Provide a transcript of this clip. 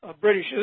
British